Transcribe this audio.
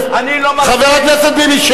שב, חבר הכנסת ביבי,